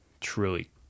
Truly